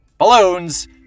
Balloons